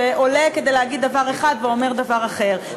שעולה כדי להגיד דבר אחד ואומר דבר אחר,